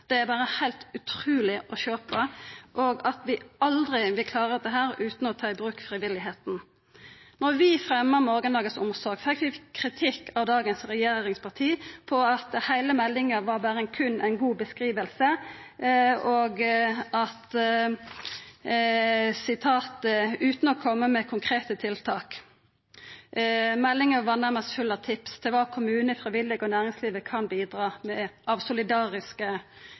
er berre heilt utruleg å sjå på, og vi vil aldri klara dette utan å ta i bruk frivilligheita. Da vi fremja stortingsmeldinga Morgendagens omsorg, fekk vi kritikk av dagens regjeringsparti for at heile meldinga berre var ei god beskriving, og at ein ikkje kom med konkrete tiltak. Meldinga var nærmast full av tips til kva kommunar, frivillige og næringslivet kunna bidra med av solidariske